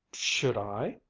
should i?